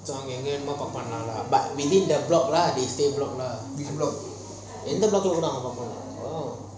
எங்க வேண்ணாலும்:enga vennalum park பண்லமல:panlamla but within the block lah they same block lah எந்த:entha block lah வென:vena park பண்ணலாம்:panalam lah